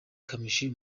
kamichi